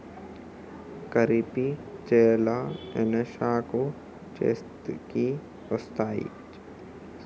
ఖరీఫ్ చేలు ఎన్నాళ్ళకు చేతికి వస్తాయి?